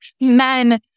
men